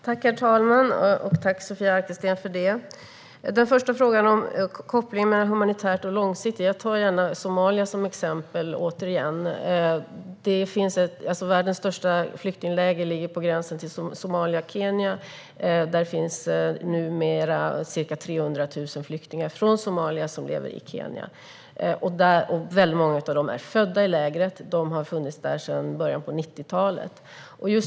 Herr talman! Jag tackar Sofia Arkelsten för det. Vad gäller frågan om kopplingen mellan humanitärt och långsiktigt bistånd tar jag gärna återigen Somalia som exempel. Världens största flyktingläger ligger i Kenya vid gränsen till Somalia. Där finns numera ca 300 000 flyktingar från Somalia. Väldigt många av dem är födda i lägret. De har funnits där sedan början av 90-talet.